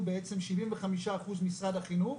בעצם 75% משרד החינוך,